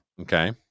Okay